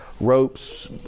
ropes